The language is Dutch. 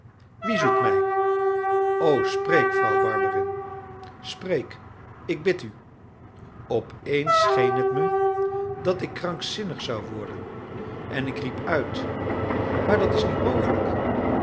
wie zoekt mij o spreek vrouw barberin spreek ik bid u opeens scheen het me dat ik krankzinnig zou worden en ik riep uit maar dat is niet mogelijk